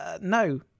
No